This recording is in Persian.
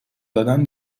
دادن